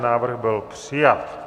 Návrh byl přijat.